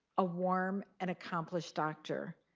a warm and accomplished doctor,